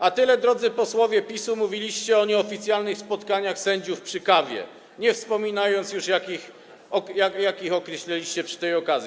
A tyle, drodzy posłowie PiS-u, mówiliście o nieoficjalnych spotkaniach sędziów przy kawie, nie wspominając już, jak ich określaliście przy tej okazji.